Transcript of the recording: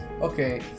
okay